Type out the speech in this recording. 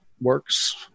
works